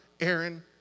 Aaron